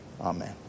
amen